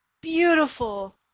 beautiful